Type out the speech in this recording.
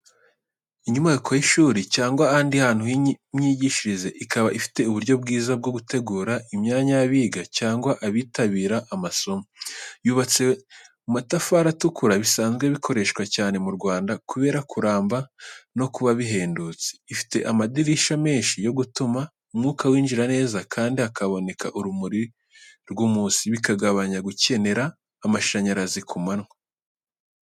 Inyubako y’ishuri cyangwa ahandi hantu h’imyigishirize, ikaba ifite uburyo bwiza bwo gutegura imyanya y’abiga cyangwa abitabira amasomo. Yubatswe mu matafari atukura, bisanzwe bikoreshwa cyane mu Rwanda kubera kuramba no kuba bihendutse. Ifite amadirishya menshi yo gutuma umwuka winjira neza kandi hakaboneka urumuri rw’umunsi, bikagabanya gukenera amashanyarazi ku manywa.